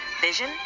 vision